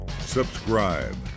subscribe